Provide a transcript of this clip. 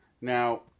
Now